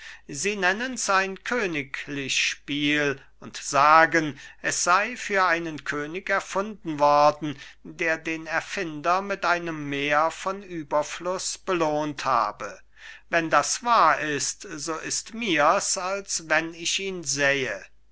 sie nennen's ein königlich spiel und sagen es sei für einen könig erfunden worden der den erfinder mit einem meer von überfluß belohnt habe wenn das wahr ist so ist mir's als wenn ich ihn sähe